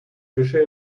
fische